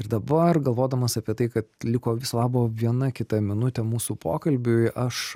ir dabar galvodamas apie tai kad liko viso labo viena kita minutė mūsų pokalbiui aš